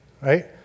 right